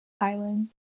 island